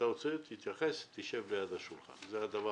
אומר